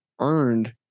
earned